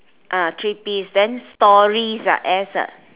ah three piece then stories ah S ah